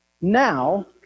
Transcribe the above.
now